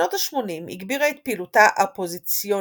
בשנות השמונים הגבירה את פעילותה האופוזיציונית